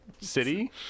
city